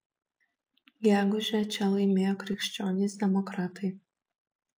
gegužę čia laimėjo krikščionys demokratai